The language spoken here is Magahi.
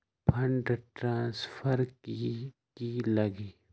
फंड ट्रांसफर कि की लगी?